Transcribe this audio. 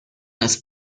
ist